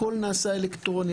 הכול נעשה אלקטרוני,